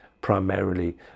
primarily